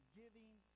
giving